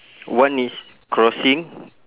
one is crossing